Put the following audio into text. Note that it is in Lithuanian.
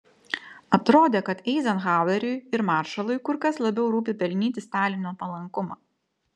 atrodė kad eizenhaueriui ir maršalui kur kas labiau rūpi pelnyti stalino palankumą